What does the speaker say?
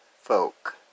folk